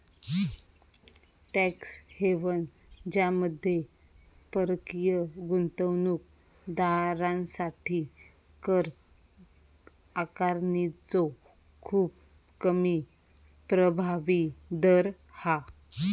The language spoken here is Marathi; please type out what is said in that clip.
टॅक्स हेवन ज्यामध्ये परकीय गुंतवणूक दारांसाठी कर आकारणीचो खूप कमी प्रभावी दर हा